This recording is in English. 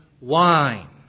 wine